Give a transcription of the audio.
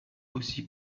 aussi